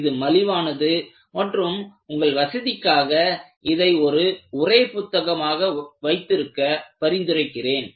இது மலிவானது மற்றும் உங்கள் வசதிக்காக இதை ஒரு உரை புத்தகமாக வைத்திருக்க பரிந்துரைக்கிறேன்